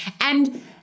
And-